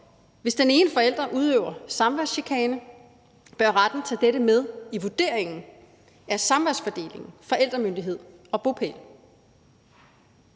Hvis den ene forælder udøver samværschikane, bør retten tage dette med i vurderingen af samværsfordeling, forældremyndighed og bopæl.